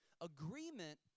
Agreement